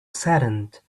saddened